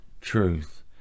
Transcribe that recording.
truth